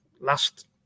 last